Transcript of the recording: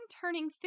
turning